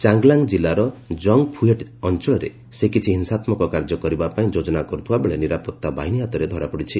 ଚାଙ୍ଗ୍ଲାଙ୍ଗ୍ ଜିଲ୍ଲାର ଜଙ୍ଗ୍ଫୁହେଟ୍ ଅଞ୍ଚଳରେ ସେ କିଛି ହିଂସାତ୍ମକ କାର୍ଯ୍ୟ କରିବା ପାଇଁ ଯୋଜନା କରୁଥିବା ବେଳେ ନିରାପତ୍ତା ବାହିନୀ ହାତରେ ଧରାପଡ଼ିଛି